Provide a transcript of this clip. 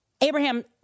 Abraham